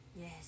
Yes